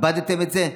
איבדתם את זה?